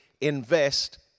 invest